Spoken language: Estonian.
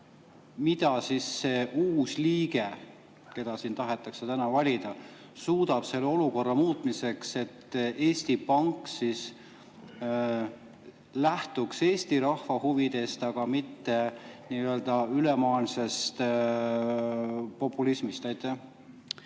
mida see uus liige, keda siin tahetakse täna valida, suudab teha selle olukorra muutmiseks, et Eesti Pank lähtuks Eesti rahva huvidest, aga mitte nii-öelda ülemaailmsest populismist. Aitäh